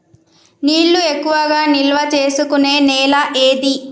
నీళ్లు ఎక్కువగా నిల్వ చేసుకునే నేల ఏది?